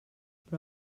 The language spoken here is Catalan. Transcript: però